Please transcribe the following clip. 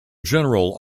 general